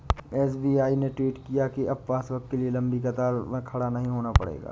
SBI ने tweet किया कि अब पासबुक के लिए लंबी कतार में खड़ा नहीं होना पड़ेगा